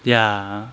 ya